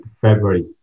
February